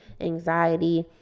anxiety